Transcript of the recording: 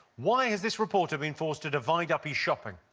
why has this reporter been forced to divide up his shopping?